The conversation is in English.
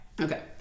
Okay